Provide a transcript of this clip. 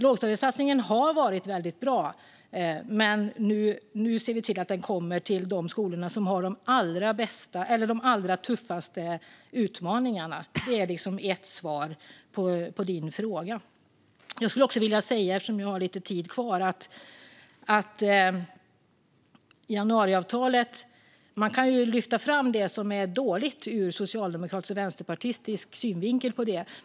Lågstadiesatsningen har varit väldigt bra, men nu ser vi till att den kommer till de skolor som har de allra tuffaste utmaningarna. Det är ett svar på din fråga. Jag skulle också vilja säga något annat, eftersom jag har lite tid kvar. När det gäller januariavtalet kan man lyfta fram det som är dåligt ur socialdemokratisk och vänsterpartistisk synvinkel.